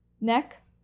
Neck